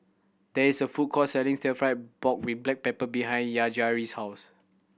there is a food court selling Stir Fry pork with black pepper behind Yajaira's house